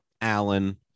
Allen